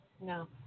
No